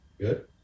Good